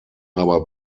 aber